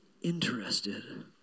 Interested